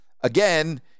again